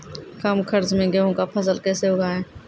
कम खर्च मे गेहूँ का फसल कैसे उगाएं?